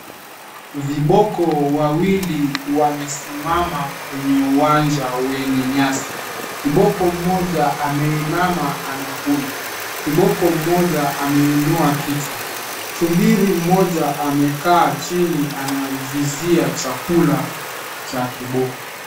Viboko wawili wamesimama kwenye uwanja wenye nyasi. Kiboko mmoja ameinama anakula. Kiboko mmoja ameinuwa kichwa. Tumbili mmoja amekaa chini anavizia chakula cha kiboko.